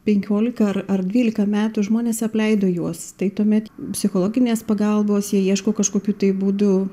penkiolika ar ar dvylika metų žmonės apleido juos tai tuomet psichologinės pagalbos jie ieško kažkokių tai būdų